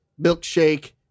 milkshake